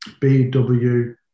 BW